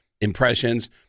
impressions